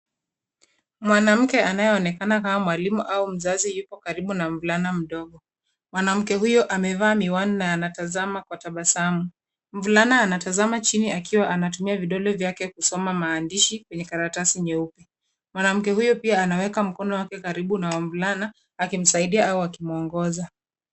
Mwanamke anayeonekana kama mwalimu au mzazi yuko karibu na mvulana mdogo. Mwanamke huyo amevaa miwani na anatazama kwa tabasamu. Mvulana anatazama chini, akiwa anatumia vidole vyake kusoma maandishi kwenye karatasi nyeupe. Mwanamke huyo pia anaweka mkono wake karibu na mvulana akimsaidia au akimwongoza.